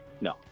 No